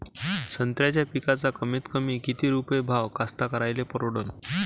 संत्र्याचा पिकाचा कमीतकमी किती रुपये भाव कास्तकाराइले परवडन?